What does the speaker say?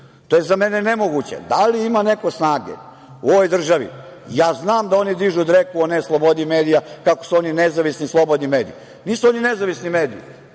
To je za mene nemoguće. Da li ima neko snage u ovoj državi? Znam da oni dižu dreku o neslobodi medija, kako su oni nezavisni, slobodni mediji. Nisu oni nezavisni mediji,